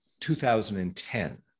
2010